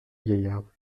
gaillarde